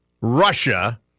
Russia